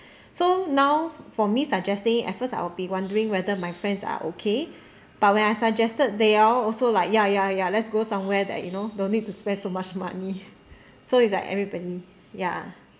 so now for me suggesting at first I'll be wondering whether my friends are okay but when I suggested they all also like ya ya ya let's go somewhere that you know don't need to spend so much money so it's like everybody ya